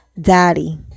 daddy